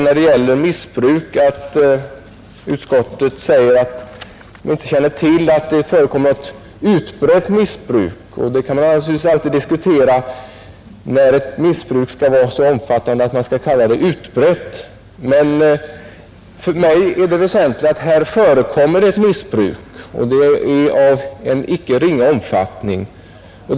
När det gäller missbruk säger utskottet att det inte känner till att det förekommer något utbrett missbruk. Man kan naturligtvis alltid diskutera när ett missbruk är så omfattande att man kan kalla det utbrett. Men för mig är det väsentligt att här förekommer missbruk i en icke ringa omfattning.